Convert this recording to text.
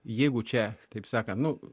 jeigu čia taip sakant nu